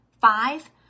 Five